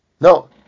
No